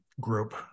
group